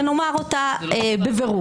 ונאמר אותה בבירור.